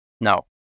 No